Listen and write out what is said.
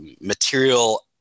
material